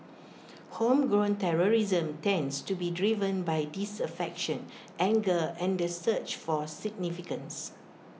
homegrown terrorism tends to be driven by disaffection anger and the search for significance